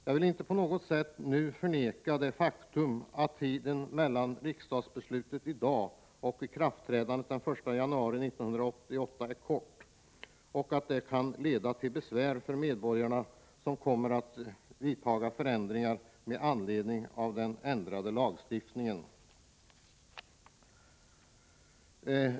Jag vill inte på något sätt förneka att tiden mellan riksdagsbeslutet i dag och ikraftträdandet den 1 januari 1988 är kort och att det kan leda till besvär för de medborgare som önskar vidta förändringar med anledning av den nya lagstiftningen.